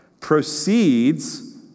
proceeds